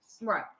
Right